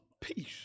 peace